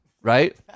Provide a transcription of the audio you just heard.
right